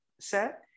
set